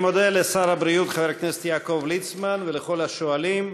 אני מודה לשר הבריאות חבר הכנסת יעקב ליצמן ולכל השואלים.